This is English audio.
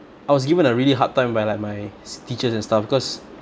I was given a really hard time by like my teachers and stuff because